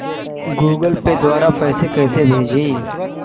Google Pay द्वारा पैसे कैसे भेजें?